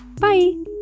Bye